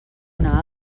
una